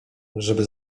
żeby